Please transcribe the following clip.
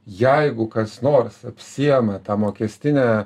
jeigu kas nors apsiema tą mokestinę